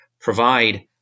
provide